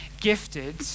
gifted